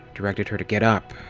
directed her to get up,